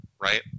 Right